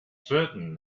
certain